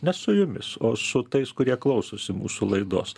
ne su jumis o su tais kurie klausosi mūsų laidos